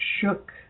shook